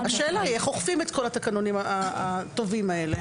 השאלה היא איך אוכפים את התקנונים הטובים האלה.